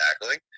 tackling